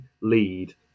lead